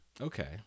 Okay